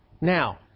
Now